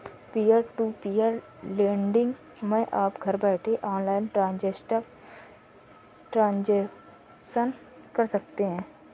peer to peer lending मै आप घर बैठे ऑनलाइन ट्रांजेक्शन कर सकते है